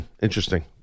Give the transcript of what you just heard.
Interesting